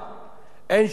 אין שום פיקוח.